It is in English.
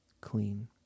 clean